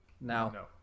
No